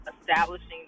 establishing